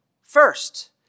first